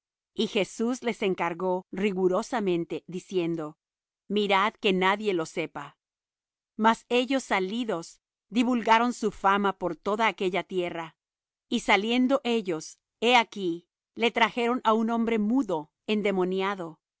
y jesús les encargó rigurosamente diciendo mirad que nadie lo sepa mas ellos salidos divulgaron su fama por toda aquella tierra y saliendo ellos he aquí le trajeron un hombre mudo endemoniado